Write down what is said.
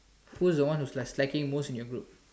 who's the one who's slack slacking most in your group